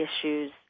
issues